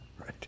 Right